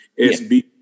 SB